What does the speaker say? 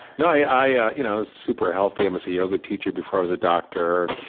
no, i ah yeah you know was super healthy. i was a yoga teacher before i was a doctor,